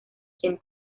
quien